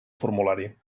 formulari